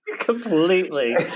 completely